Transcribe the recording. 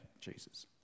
Jesus